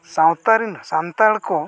ᱥᱟᱶᱛᱟᱨᱮᱱ ᱥᱟᱱᱛᱟᱲ ᱠᱚ